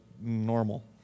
normal